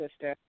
sister